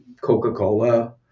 coca-cola